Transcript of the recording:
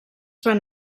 van